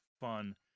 fun